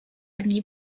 dni